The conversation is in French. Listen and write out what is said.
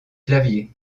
claviers